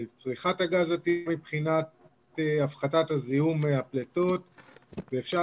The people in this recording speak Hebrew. צריכת הגז הטבעי מבחינת הפחתת זיהום הפליטות ואפשר